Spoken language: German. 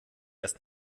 erst